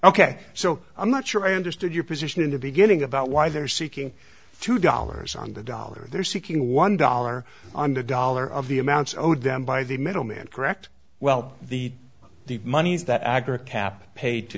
ok so i'm not sure i understood your position in the beginning about why they're seeking two dollars on the dollar they're seeking one dollar on the dollar of the amounts owed them by the middleman correct well the the moneys that agra kept paid to